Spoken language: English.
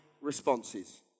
responses